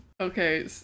Okay